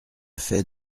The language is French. fais